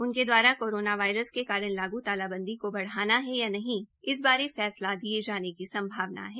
उनके द्वारा corona virus के कारण तालाबंदी को बढ़ाना है या नहीं इस बारे फैसला दिये जाने की संभावना है